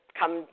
come